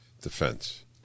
defense